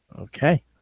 Okay